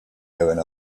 going